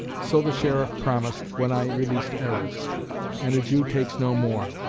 so the sheriff promised, when i released errors and a jew takes no more.